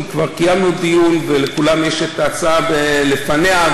כי כבר קיימנו דיון ולכולם יש את ההצעה לפניהם,